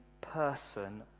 person